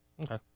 Okay